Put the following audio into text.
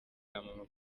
mama